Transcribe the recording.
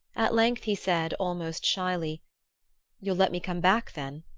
at length he said, almost shyly you'll let me come back, then?